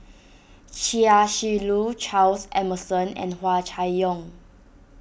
Chia Shi Lu Charles Emmerson and Hua Chai Yong